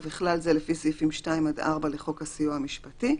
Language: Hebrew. ובכלל זה לפי סעיפים 4-2 לחוק הסיוע המשפטי.